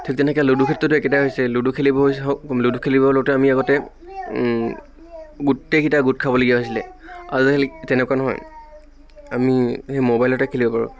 ঠিক তেনেকে লুডুৰ ক্ষেত্ৰতো একেটাই হৈছে লুডু খেলিব হৈছে হওক লুডু খেলিব লওঁতে আমি আগতে গোটেইকেইটা গোট খাবলগীয়া হৈছিলে আজিকালি তেনেকুৱা নহয় আমি সেই ম'বাইলতে খেলিব পাৰোঁ